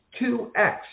2x